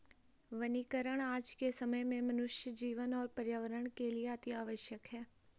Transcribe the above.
वनीकरण आज के समय में मनुष्य जीवन और पर्यावरण के लिए अतिआवश्यक है